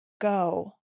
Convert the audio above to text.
go